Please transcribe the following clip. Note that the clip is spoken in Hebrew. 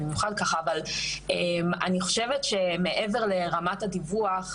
אבל אני חושבת שמעבר ככה לרמת הדיווח,